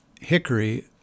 hickory